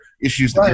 issues